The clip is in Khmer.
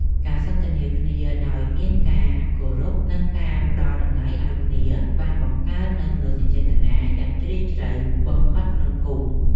ការសន្ទនាគ្នាដោយមានការគោរព និងការផ្ដល់តម្លៃឱ្យគ្នាបានបង្កើននូវមនោសញ្ចេតនាយ៉ាងជ្រាលជ្រៅបំផុតក្នុងភូមិ។